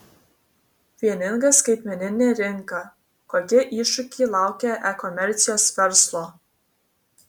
vieninga skaitmeninė rinka kokie iššūkiai laukia e komercijos verslo